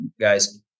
guys